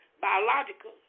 biological